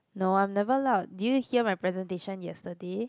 no I'm never loud did you hear my presentation yesterday